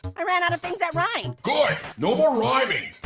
i ran out of things that rhyme. good, no more rhyming.